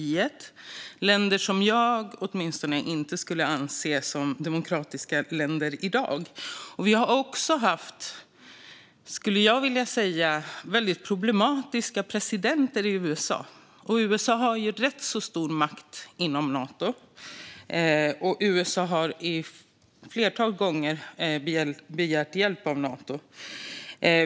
Det är länder som åtminstone jag inte anser är demokratiska länder i dag. Vi har också haft väldigt problematiska presidenter i USA, skulle jag vilja säga - och USA har rätt stor makt inom Nato. USA har också ett flertal gånger begärt hjälp av Nato.